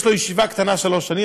יש לו ישיבה קטנה שלוש שנים,